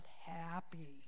happy